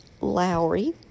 Lowry